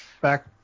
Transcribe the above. Back